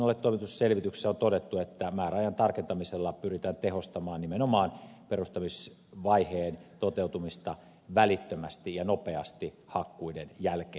valiokunnalle toimitetussa selvityksessä on todettu että määräajan tarkentamisella pyritään tehostamaan nimenomaan perustamisvaiheen toteutumista välittömästi ja nopeasti hakkuiden jälkeen